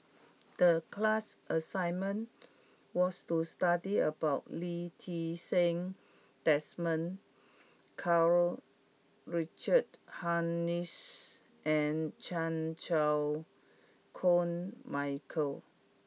the class assignment was to study about Lee Ti Seng Desmond Karl Richard Hanitsch and Chan Chew Koon Michael